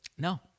No